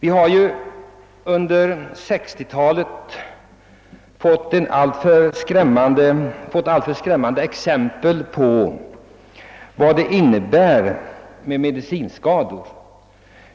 Vi har ju under 1960-talet fått alltför skrämmande exempel på vad medicinskador innebär;